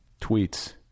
tweets